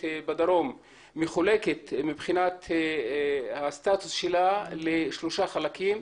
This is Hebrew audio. בדרום מחולקת מבחינת הסטטוס שלה לשלושה חלקים: